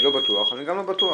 אני גם לא בטוח,